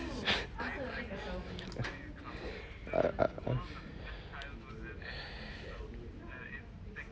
uh